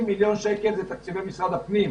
כ-60 מיליון שקלים הם מתקציבי משרד הפנים.